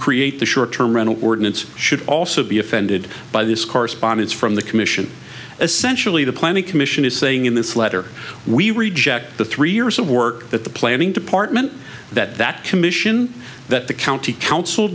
create the short term rental ordinance should also be offended by this correspondence from the commission as sensually the planning commission is saying in this letter we reject the three years of work that the planning department that that commission that the county coun